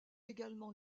également